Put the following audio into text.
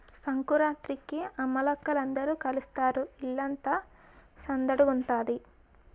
సంకురాత్రికి అమ్మలక్కల అందరూ కలుస్తారు ఇల్లంతా సందడిగుంతాది